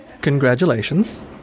Congratulations